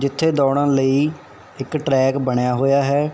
ਜਿੱਥੇ ਦੌੜਨ ਲਈ ਇੱਕ ਟਰੈਕ ਬਣਿਆ ਹੋਇਆ ਹੈ